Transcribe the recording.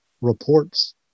reports